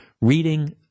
reading